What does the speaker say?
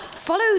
Follow